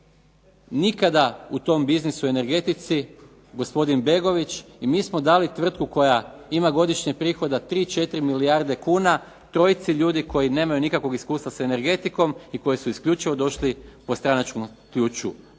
nikada u tom biznisu u energetici, gospodin Begović i mi smo dali tvrtku koja ima godišnje prihoda 3, 4 milijarde kuna trojici ljudi koji nemaju nekakvog iskustva sa energetikom i koji su isključivo došli po stranačkom ključu